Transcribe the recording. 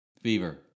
Fever